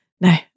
no